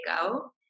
go